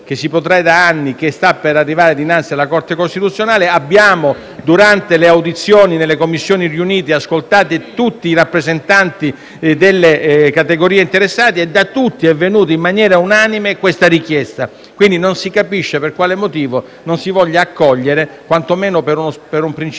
che si protrae da anni e sta per arrivare dinanzi alla Corte costituzionale. Durante le audizioni svolte nelle Commissioni riunite abbiamo ascoltato tutti i rappresentanti delle categorie interessate e da tutti è pervenuta, in maniera unanime, questa richiesta. Quindi, non si capisce per quale motivo non si voglia accogliere, quanto meno per un principio